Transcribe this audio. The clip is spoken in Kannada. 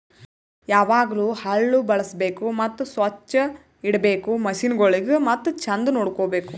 ಯಾವಾಗ್ಲೂ ಹಳ್ಳು ಬಳುಸ್ಬೇಕು ಮತ್ತ ಸೊಚ್ಚ್ ಇಡಬೇಕು ಮಷೀನಗೊಳಿಗ್ ಮತ್ತ ಚಂದ್ ನೋಡ್ಕೋ ಬೇಕು